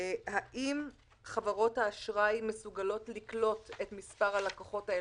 האם חברות האשראי מסוגלות לקלוט את מספר הלקוחות האלה?